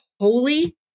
holy